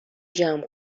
جمع